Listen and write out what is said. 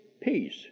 peace